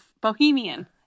bohemian